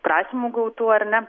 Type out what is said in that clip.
prašymų gautų ar ne